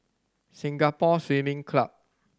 Singapore Swimming Club